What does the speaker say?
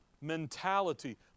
mentality